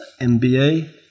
MBA